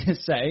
say